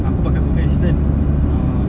aku pakai Google assistant